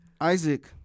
isaac